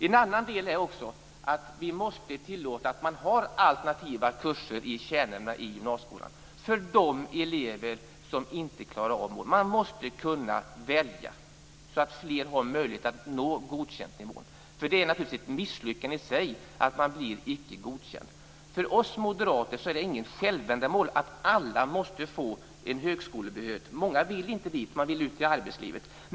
En annan del är att vi måste tillåta alternativa kurser i kärnämnena i gymnasieskolan för de elever som inte klarar sig. Man måste kunna välja så att fler har möjlighet att nå godkänd-nivån. Det är naturligtvis ett misslyckande i sig att man blir icke godkänd. För oss moderater är det inte något självändamål att alla får en högskolebehörighet. Många vill inte ha det utan vill ut i arbetslivet.